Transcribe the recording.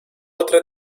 otra